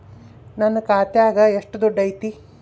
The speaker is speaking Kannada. ನನ್ನ ಖಾತ್ಯಾಗ ಎಷ್ಟು ದುಡ್ಡು ಐತಿ?